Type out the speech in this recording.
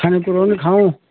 खानेकुरो नि खाउँ